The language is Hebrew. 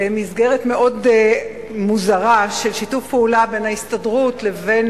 במסגרת מאוד מוזרה של שיתוף פעולה בין ההסתדרות לבין